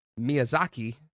Miyazaki